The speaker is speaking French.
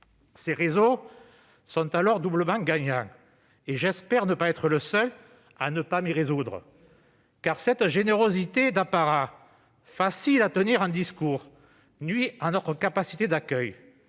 Les réseaux sont alors doublement gagnants, et j'espère ne pas être le seul à ne pas m'y résoudre. Car cette générosité d'apparat, facile à tenir en discours, nuit à notre capacité d'accueil.